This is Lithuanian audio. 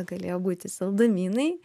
galėjo būti saldumynai